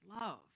love